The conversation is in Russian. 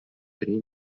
три